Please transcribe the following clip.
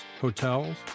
hotels